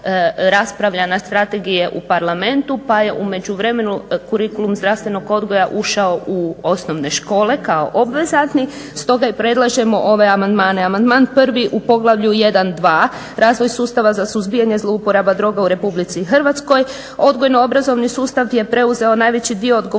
u međuvremenu kurikulum zdravstvenog odgoja ušao u osnovne škole kao obvezatni stoga i predlažemo ove amandmane. Amandman 1., u Poglavlju 1.2 – Razvoj sustava za suzbijanje zlouporaba droga u RH, odgojno-obrazovni sustav je preuzeo najveći dio odgovornosti